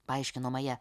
paaiškino maja